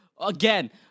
Again